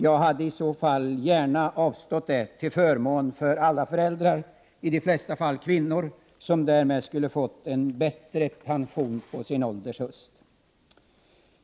Jag hade i så fall gärna avstått — till förmån för alla föräldrar, i de flesta fall kvinnor, som därmed skulle fått en bättre pension på sin ålders höst.